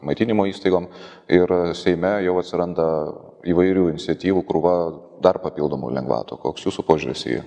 maitinimo įstaigom ir seime jau atsiranda įvairių iniciatyvų krūva dar papildomų lengvatų koks jūsų požiūris į